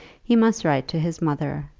he must write to his mother,